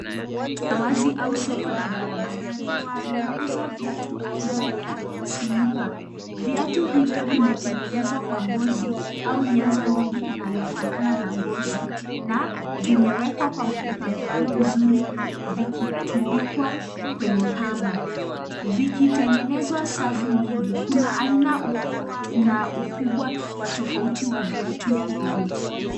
Hamazi au soko la barabarani linauza viatu vya aina ya slipper . Viatu hivyo vimetengenezwa kwa ngozi au nyanzo nyingi zinazofanana na ngozi na vimewekwa kwa mipangilio mzuri, vikitundikwa kwenye kamba, vikitengeneza safu nyingi. Kuna aina na ukubwa wa utofauti wa viatu hivi.